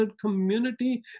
community